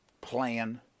plan